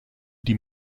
die